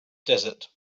desert